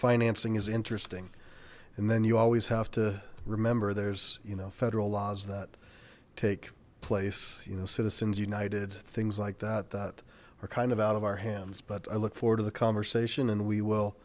financing is interesting and then you always have to remember there's you know federal laws that take place you know citizens united things like that that are kind of out of our hands but i look forward to the conversation and we will